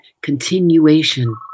continuation